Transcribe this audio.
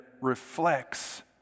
reflects